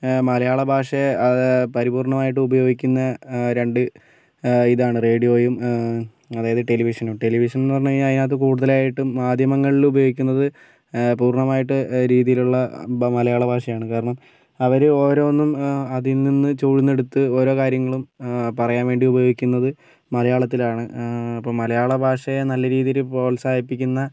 മലയാള ഭാഷയെ അത് പരിപൂർണമായിട്ട് ഉപയോഗിക്കുന്ന രണ്ട് ഇതാണ് റേഡിയോയും അതായത് ടെലിവിഷനും ടെലിവിഷൻ എന്ന് പറഞ്ഞ് കഴിഞ്ഞാൽ അതിനകത്ത് കൂടുതലായിട്ടും മാധ്യമങ്ങളിൽ ഉപയോഗിക്കുന്നത് പൂർണമായിട്ട് രീതിയിലുള്ള മലയാള ഭാഷയാണ് കാരണം അവർ ഓരോന്നും അതിൽ നിന്ന് ചൂഴ്ന്നെടുത്ത് ഓരോ കാര്യങ്ങളും പറയാൻ വേണ്ടി ഉപയോഗിക്കുന്നത് മലയാളത്തിലാണ് അപ്പോൾ മലയാള ഭാഷയെ നല്ല രീതിയിൽ പ്രോത്സാഹിപ്പിക്കുന്ന